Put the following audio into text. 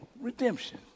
Redemption